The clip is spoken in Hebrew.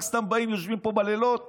רק סתם יושבים פה בלילות